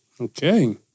Okay